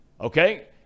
Okay